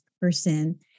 person